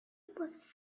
was